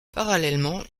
parallèlement